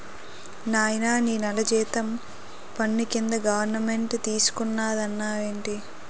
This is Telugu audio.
నాయనా నీ నెల జీతం పన్ను కింద గవరమెంటు తీసుకున్నాదన్నావేటి